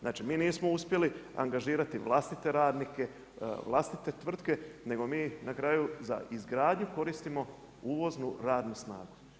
Znači mi nismo uspjeli angažirati vlastite radnike, vlastite tvrtke, nego mi na kraju za izgradnju koristimo uvoznu radnu snagu.